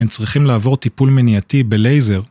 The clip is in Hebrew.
‫הם צריכים לעבור טיפול מניעתי בלייזר.